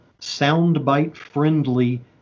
soundbite-friendly